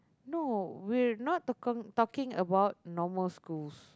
no we're not talking talking about normal schools